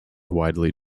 widely